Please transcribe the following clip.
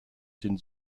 den